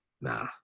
Nah